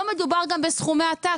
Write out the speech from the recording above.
לא מדובר גם בסכומי עתק.